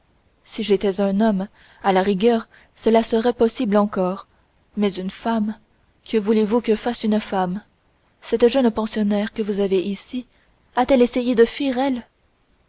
si j'étais un homme à la rigueur cela serait possible encore mais une femme que voulez-vous que fasse une femme cette jeune pensionnaire que vous avez ici a-t-elle essayé de fuir